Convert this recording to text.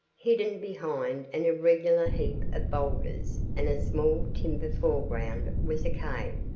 hidden behind an irregular heap of boulders and a small timber foreground was a cave,